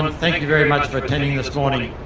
and thank you very much for attending this morning.